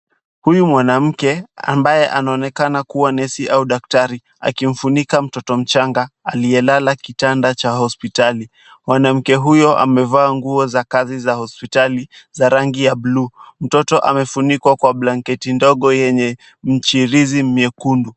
Huyu mwanamke ambaye anaonekana kuwa nesi au daktari akimfunika mtoto mchanga aliyelala kitanda cha hospitali. Mwanamke huyo amevaa nguo za kazi za hospitali za rangi ya buluu. Mtoto amefunikwa kwa blanketi ndogo yenye mchirizi miekundu.